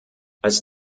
als